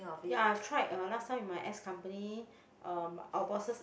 ya I've tried last time with my ex company um our bosses